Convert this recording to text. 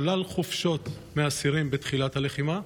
השב"ס שלל חופשות מאסירים בתחילת הלחימה,